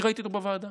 כי ראיתי אותו בוועדה